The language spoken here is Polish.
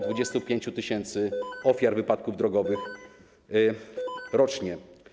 25 tys. ofiar wypadków drogowych rocznie.